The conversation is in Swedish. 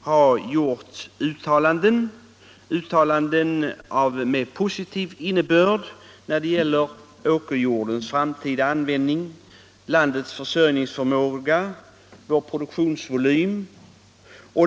har gjort uttalanden med positiv innebörd vad beträffar åkerjordens framtida användning, landets försörjningsförmåga, vår produktionsvolym osv.